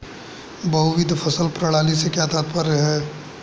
बहुविध फसल प्रणाली से क्या तात्पर्य है?